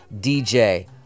DJ